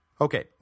Okay